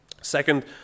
Second